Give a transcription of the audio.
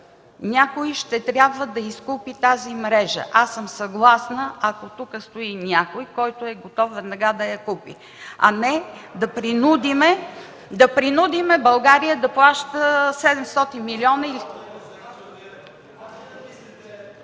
някой ще трябва да изкупи тази мрежа. Аз съм съгласна, ако тук стои някой, който е готов веднага да я купи, а не да принудим България да плаща 700 милиона...